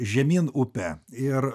žemyn upe ir